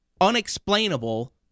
unexplainable